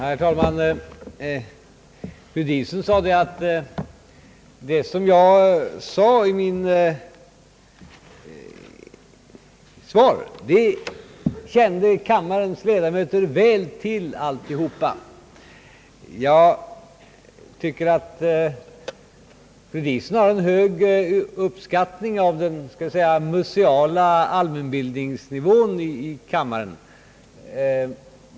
Herr talman! Fru Diesen sade att det som jag anförde i mitt svar kände kammarens ledamöter väl till, alltihop. Jag tycker att fru Diesen har en hög uppskattning av den, skall vi säga, museala allmänbildningsnivån i kammaren.